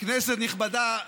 כנסת נכבדה,